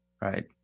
Right